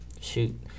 shoot